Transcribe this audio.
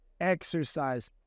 Exercise